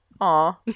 aw